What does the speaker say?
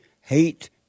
Hate